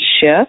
shift